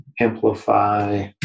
Amplify